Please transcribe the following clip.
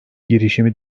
girişimi